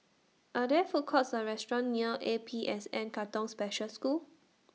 Are There Food Courts Or restaurants near A P S N Katong Special School